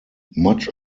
much